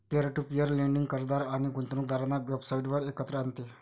peer to peer lending कर्जदार आणि गुंतवणूकदारांना वेबसाइटवर एकत्र आणते